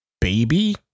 baby